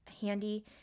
handy